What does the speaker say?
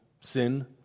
sin